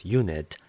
unit